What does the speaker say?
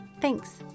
Thanks